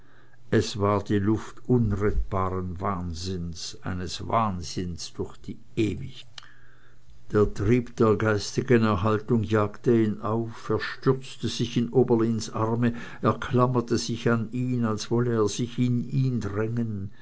es war die kluft unrettbaren wahnsinns eines wahnsinns durch die ewigkeit der trieb der geistigen erhaltung jagte ihn auf er stürzte sich in oberlins arme er klammerte sich an ihn als wolle er sich in ihn drängen